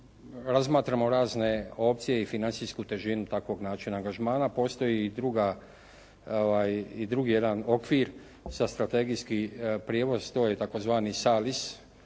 razmatramo razne opcije i financijsku težinu takvog načina angažmana. Postoji i drugi jedan okvir, strategijski prijevoz. To je tzv. salis.